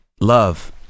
love